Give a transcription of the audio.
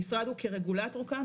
המשרד הוא כרגולטור כאן,